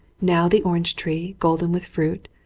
now the orange tree, golden with fruit,